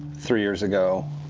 three years ago,